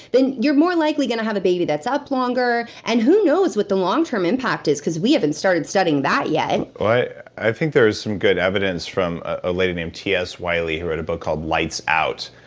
then you're more likely gonna have a baby that's up longer. and who knows what the long term impact is, because we haven't started studying that yet well, i think there's some good evidence, from a lady named t s. wiley, who wrote a book called lights out,